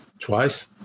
twice